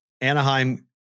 Anaheim